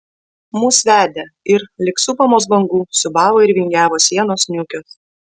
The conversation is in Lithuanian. mus vedė ir lyg supamos bangų siūbavo ir vingiavo sienos niūkios